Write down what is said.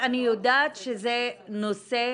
יודעת שזה נושא